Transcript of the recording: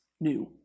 new